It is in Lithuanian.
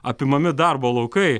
apimami darbo laukai